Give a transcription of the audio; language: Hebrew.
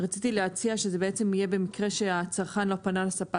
רציתי להציע שזה יהיה במקרה שהצרכן לא פנה לספק,